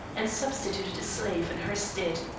and substituted a slave in her stead.